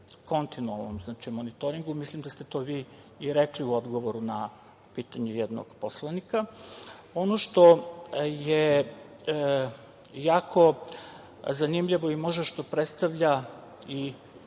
monitoringu. Mislim da ste to vi i rekli u odgovoru na pitanje jednog poslanika. Ono što je jako zanimljivo i što možda predstavlja